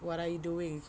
what are you doing